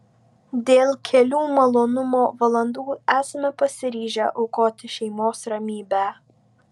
dėl kelių malonumo valandų esame pasiryžę aukoti šeimos ramybę